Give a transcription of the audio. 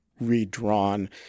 redrawn